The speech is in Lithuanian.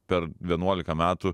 per vienuolika metų